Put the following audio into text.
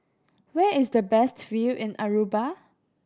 where is the best view in Aruba